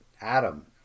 Adam